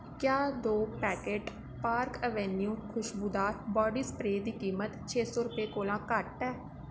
क्या दो packet Park Avenue खुश्बोदार बाड्डी स्प्रेऽ दी कीमत छे सौ रपेऽ कोला घट्ट ऐ